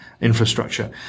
infrastructure